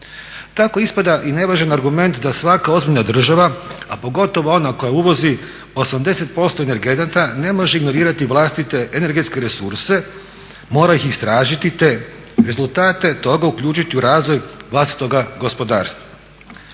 Tako ispada i nevažan argument da svaka ozbiljna država a pogotovo ona koja uvozi 80% energenata ne može ignorirati vlastite energetske resurse te rezultate toga uključiti u razvoj vlastitoga gospodarstva.